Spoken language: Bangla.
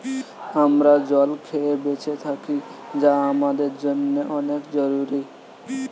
আমরা জল খেয়ে বেঁচে থাকি যা আমাদের জন্যে অনেক জরুরি